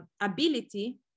ability